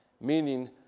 meaning